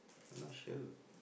I'm not sure